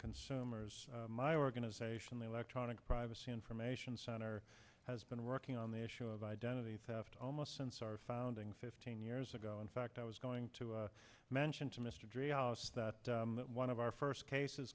consumers my organization the electronic privacy information center has been working on the issue of identity theft almost since our founding fifteen years ago in fact i was going to mention to mr driehaus that one of our first case